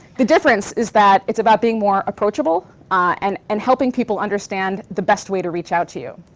the difference is that it's about being more approachable and and helping people understand the best way to reach out to you.